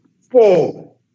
Four